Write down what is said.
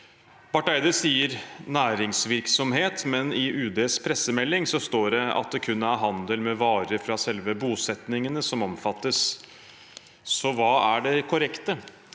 Barth Eide sier næringsvirksomhet, men i UDs pressemelding står det at det kun er handel med varer fra selve bosettingene som omfattes. Så hva er det korrekte?